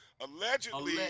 Allegedly